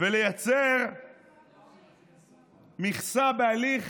ולייצר מכסה, בהליך